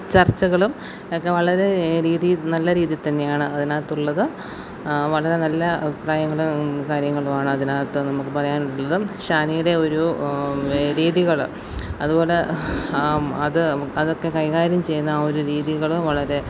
ചർച്ചകളും ഒക്കെ വളരെ രീതിയിൽ നല്ല രീതിയിൽ തന്നെയാണ് അതിനകത്തുള്ളത് വളരെ നല്ല അഭിപ്രായങ്ങളും കാര്യങ്ങളുമാണ് അതിനകത്ത് നമുക്ക് പറയാനുള്ളതും ഷാനിയുടെ ഒരു രീതികൾ അതുപോലെ ആ അത് അതൊക്കെ കൈകാര്യം ചെയ്യുന്ന ആ ഒരു രീതികളും വളരെ